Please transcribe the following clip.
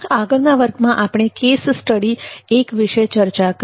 આગળના વર્ગમાં આપણે કેસ સ્ટડી 1 વિશે ચર્ચા કરી